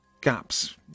gaps